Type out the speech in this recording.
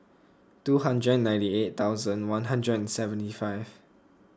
two hundred ninety eight thousand one hundred and seventy five